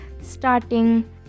starting